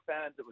fans